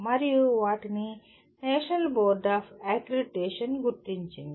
మరియు వాటిని national board of accreditation గుర్తించింది